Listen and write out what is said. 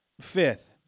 Fifth